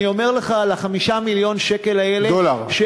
אני אומר לך על 5 מיליון השקל האלה, דולר.